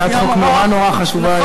עם הצעת חוק נורא נורא חשובה היום.